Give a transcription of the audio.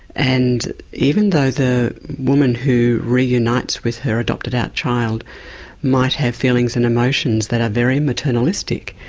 and even though the woman who reunites with her adopted-out child might have feelings and emotions that are very maternalistic,